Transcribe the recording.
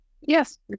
yes